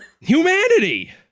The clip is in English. humanity